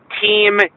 team